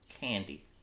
candy